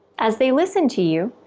as they listen to you,